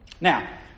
Now